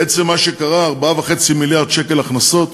בעצם, מה שקרה, 4.5 מיליארד שקל הכנסות